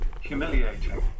humiliating